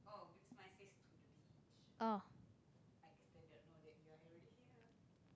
oh